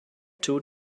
two